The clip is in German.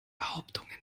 behauptungen